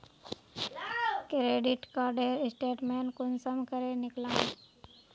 Credit कार्डेर statement कुंसम करे निकलाम?